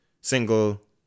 single